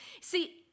See